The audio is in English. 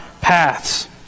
paths